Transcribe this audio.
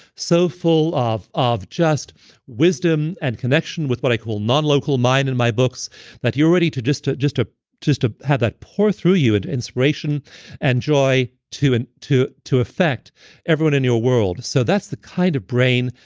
so full of of just wisdom and connection with what i call non-local mind in my books that you're ready to just to have ah just to have that pour through you and inspiration and joy to and to affect everyone in your world. so that's the kind of brain,